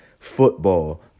Football